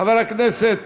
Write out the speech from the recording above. חבר הכנסת